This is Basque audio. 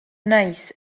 naiz